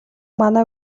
манай